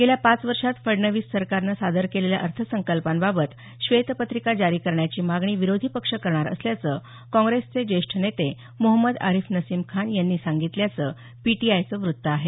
गेल्या पाच वर्षांत फडणवीस सरकारने सादर केलेल्या अर्थसंकल्पांबाबत श्वेतपत्रिका जारी करण्याची मागणी विरोधी पक्ष करणार असल्याचं काँप्रेसचे ज्येष्ठ नेते मोहम्मद आरीफ नसीम खान यांनी सांगितल्याचं पीटीआयचं वृत्त आहे